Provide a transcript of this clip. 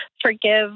forgive